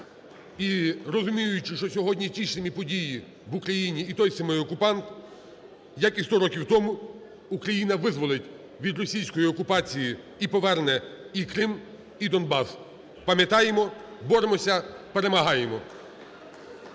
і розуміючи, що сьогодні ті ж самі події в Україні і той самий окупант, як і 100 років тому, Україна визволить від російської окупації і поверне і Крим, і Донбас. Пам'ятаємо, боремося, перемагаємо.